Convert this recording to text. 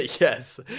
yes